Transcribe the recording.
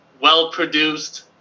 well-produced